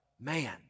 man